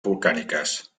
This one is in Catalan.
volcàniques